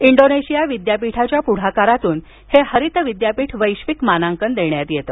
Indonesia विद्यापीठाच्या पुढाकारातून हे हरित विद्यापीठ वैश्विक मानांकन देण्यात येत